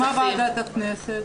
בשביל מה ועדת הכנסת?